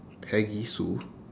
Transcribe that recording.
peggy sue